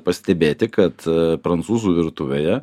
pastebėti kad prancūzų virtuvėje